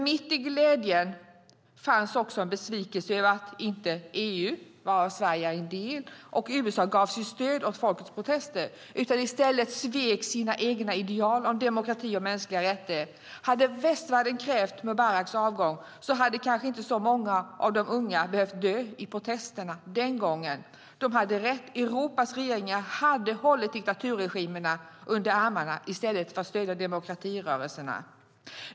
Mitt i glädjen fanns också en besvikelse över att inte EU, varav Sverige är en del, och USA gav sitt stöd åt folkets protester utan i stället svek sina egna ideal om demokrati och mänskliga rättigheter. Om västvärlden hade krävt Mubaraks avgång hade kanske inte så många av de unga behövt dö i protesterna. De hade rätt. Europas regeringar har hållit diktaturregimerna under armarna i stället för att stödja demokratirörelserna.